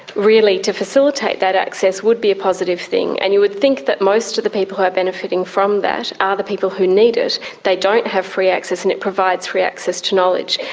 really to facilitate that access would be a positive thing. and you would think that most of the people who are benefiting from that are the people who need it. they don't have free access and it provides free access to knowledge.